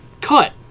cut